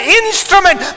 instrument